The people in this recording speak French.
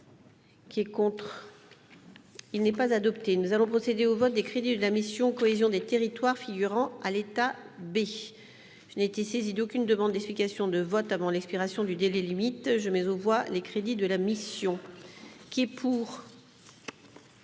Qui est contre. Il n'est pas adopté, nous allons procéder au vote des crédits de la mission cohésion des territoires figurant à l'état B je n'ai été saisi d'aucune demande d'explication de vote avant l'expiration du délai limite je mais aux voit les crédits de la mission qui est pour.